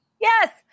Yes